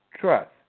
trust